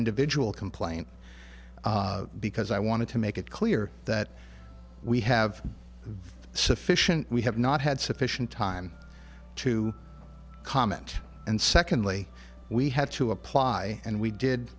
individual complaint because i wanted to make it clear that we have sufficient we have not had sufficient time to comment and secondly we had to apply and we did